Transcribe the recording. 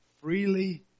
freely